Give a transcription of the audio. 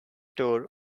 tore